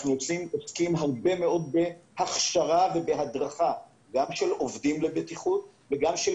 אנחנו עוסקים הרבה מאוד בהכשרה ובהדרכה גם של עובדים לבטיחות וגם של